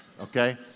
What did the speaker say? okay